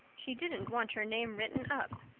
she didn't want her name written up.